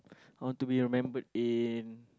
I want to be remembered in